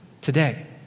Today